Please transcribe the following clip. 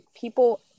people